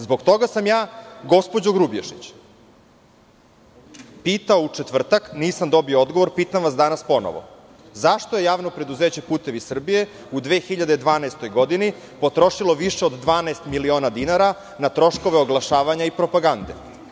Zbog toga sam ja, gospođo Grubješić, pitao u četvrtak, nisam dobio odgovor, pitam vas danas ponovo – zašto je JP Putevi Srbije u 2012. godini potrošilo više od 12 miliona dinara na troškove oglašavanja i propagande?